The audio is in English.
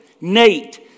Nate